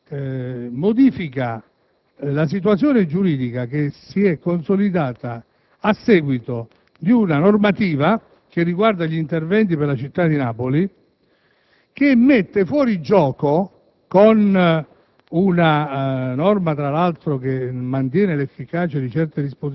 3. Essa probabilmente dovrebbe essere nota perché modifica la situazione giuridica che si è consolidata a seguito di una normativa riguardante gli interventi per la città di Napoli